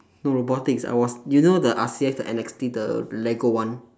no robotics I was you know the the N_X_T the lego one